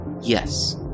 Yes